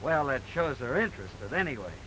well that shows their interest that anyway